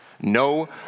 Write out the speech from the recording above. no